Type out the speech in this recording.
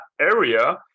area